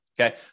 Okay